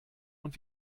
und